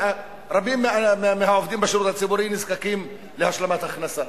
ורבים מהעובדים בשירות הציבורי נזקקים להשלמת הכנסה.